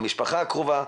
המשפחה הקרובה,